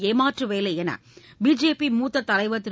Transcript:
ஏமாற்று வேலை என பிஜேபி மூத்த தலைவர் திரு